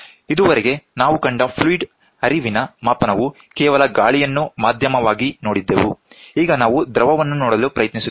ಇದುವರೆಗೆ ನಾವು ಕಂಡ ಫ್ಲೂಯಿಡ್ ಹರಿವಿನ ಮಾಪನವು ಕೇವಲ ಗಾಳಿಯನ್ನು ಮಾಧ್ಯಮವಾಗಿ ನೋಡಿದೆವು ಈಗ ನಾವು ದ್ರವವನ್ನು ನೋಡಲು ಪ್ರಯತ್ನಿಸುತ್ತೇವೆ